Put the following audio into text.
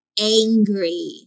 angry